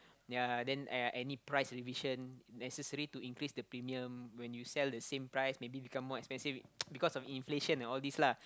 ya then uh any price revision necessary to increase the premium when you sell the same price maybe become more expensive because of inflation and all this lah